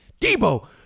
Debo